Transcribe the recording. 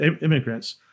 immigrants